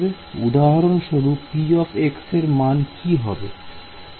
উদাহরণস্বরূপ p এর মান কি হবে